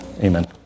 Amen